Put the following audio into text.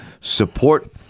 support